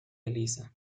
elisa